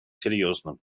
серьезным